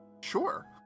Sure